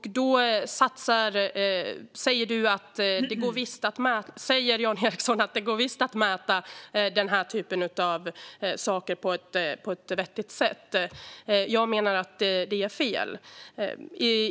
Jan Ericson säger att det visst går att mäta den här typen av saker på ett vettigt sätt. Jag menar att det är fel.